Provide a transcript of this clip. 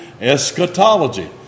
eschatology